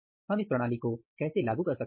हम इस प्रणाली को कैसे लागू कर सकते हैं